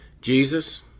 Jesus